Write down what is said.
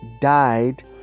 died